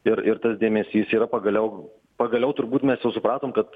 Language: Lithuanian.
ir ir tas dėmesys yra pagaliau pagaliau turbūt mes jau supratom kad